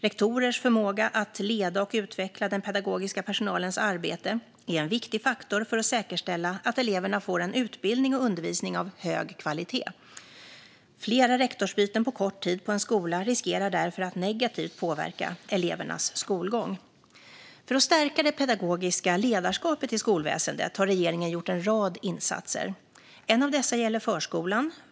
Rektorers förmåga att leda och utveckla den pedagogiska personalens arbete är en viktig faktor för att säkerställa att eleverna får utbildning och undervisning av hög kvalitet. Flera rektorsbyten på kort tid på en skola riskerar därför att negativt påverka elevernas skolgång. För att stärka det pedagogiska ledarskapet i skolväsendet har regeringen gjort en rad insatser. En av dessa gäller förskolan.